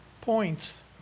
points